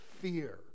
fear